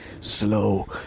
Slow